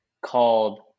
called